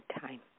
time